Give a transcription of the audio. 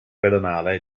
pedonale